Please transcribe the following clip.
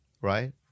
Right